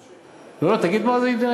תגיד מה זה,